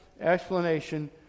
explanation